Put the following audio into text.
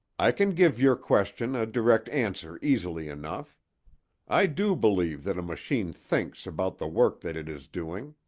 i can give your question a direct answer easily enough i do believe that a machine thinks about the work that it is doing.